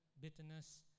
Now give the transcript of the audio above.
bitterness